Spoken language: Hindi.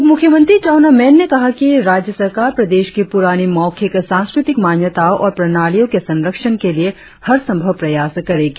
उप मुख्यमंत्री चाउना मेन ने कहा कि राज्य सरकार प्रदेश की पुरानी मौखिक सांस्कृतिक मान्यताओं और प्रणालियों के संरक्षण के लिए हर संभव प्रयास करेगी